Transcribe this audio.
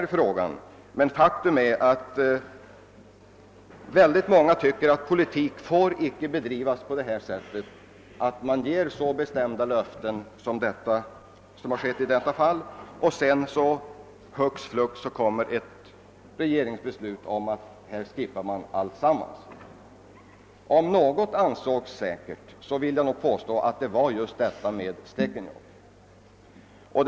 Faktum är att många tycker med all rätt enligt min mening, att politik icke får bedrivas på sådant sätt att man ger så bestämda löften som skett i detta fall, var på det hux flux strax efteråt kommer ett regeringsbeslut om att alltsammans blivit skippat. Om något ansågs säkert var det just gruvbrytningen i Stekenjokk.